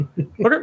Okay